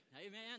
Amen